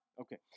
Okay